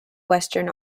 western